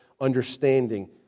understanding